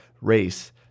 Race